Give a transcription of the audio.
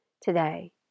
today